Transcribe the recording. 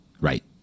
Right